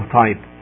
type